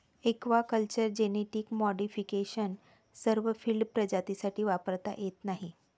aquaculture genetic modification सर्व field प्रजातींसाठी वापरता येत नाही